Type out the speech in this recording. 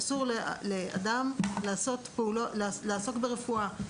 אסור לאדם לעסוק ברפואה,